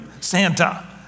Santa